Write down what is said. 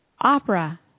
opera